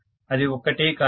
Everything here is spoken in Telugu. అది ఒక్కటే కారణం